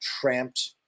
tramped